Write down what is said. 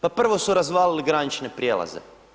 Pa prvo su razvalili granične prijelaze.